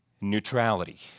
Neutrality